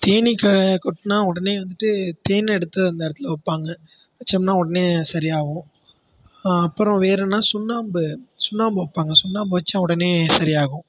தேனீ க கொட்டினா உடனே வந்துட்டு தேன் எடுத்து அந்த இடத்துல வைப்பாங்க வெத்தோம்னா உடனே சரியாகும் அப்புறம் வேறெனா சுண்ணாம்பு சுண்ணாம்பு வைப்பாங்க சுண்ணாம்பு வெத்தா உடனே சரியாகும்